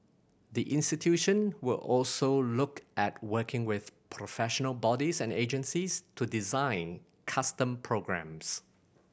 the institution will also look at working with professional bodies and agencies to design custom programmes